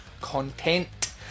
content